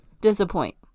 disappoint